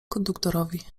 konduktorowi